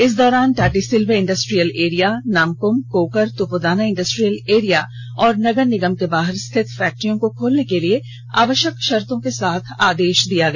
इस दौरान Tatisilwai industrial area Namkum Kokar Tupudana industrial area और नगर निगम के बाहर स्थित फैक्ट्रियों को खोलने के लिए आवष्यक षर्तों के साथ आदेष दिया गया